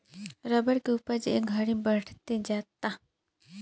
rubber के उपज ए घड़ी बढ़ते जाता